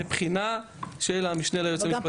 לבחינה של המשנה ליועץ המשפטי.